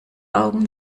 augen